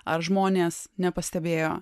ar žmonės nepastebėjo